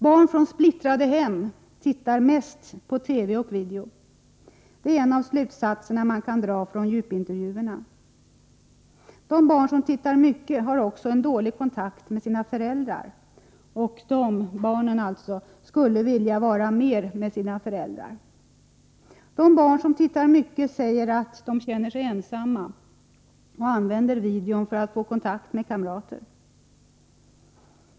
Barn från splittrade hem tittar mest på TV och video. Det är en av de slutsatser som man kan dra från djupintervjuerna. De barn som tittar mycket har också dålig kontakt med sina föräldrar, och dessa barn skulle vilja vara mer med sina föräldrar. De barn som tittar mycket säger att de känner sig ensamma och använder videon för att få kontakt med kamrater.